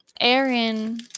Aaron